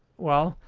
well,